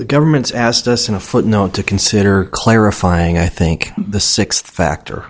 the government's asked us in a footnote to consider clarifying i think the sixth factor